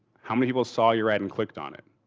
how many people saw your ad and clicked on it.